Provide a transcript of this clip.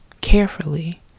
carefully